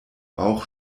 bauch